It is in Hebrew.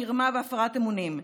מרמה והפרת אמונים,